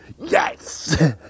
Yes